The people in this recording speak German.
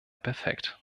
perfekt